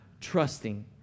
trusting